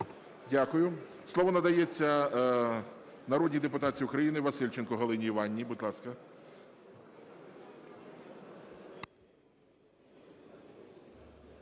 Слово надається народній депутатці України Васильченко Галині Іванівни. Будь ласка.